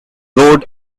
road